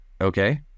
okay